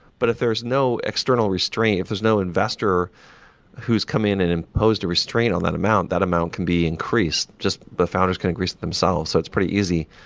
but if there's no external restraint, if there's no investor who's come in and imposed a restraint on that amount, that amount can be increased. the founders can increase themselves, so it's pretty easy.